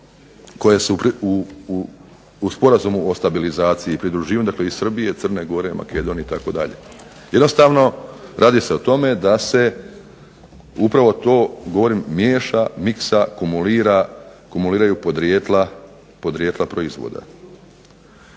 koje su u Sporazumu o stabilizaciji i pridruživanju, dakle i Srbije, Crne Gore, Makedonije itd. Jednostavno radi se o tome da se upravo to govorim miješa, miksa, kumuliraju podrijetla proizvoda.